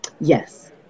Yes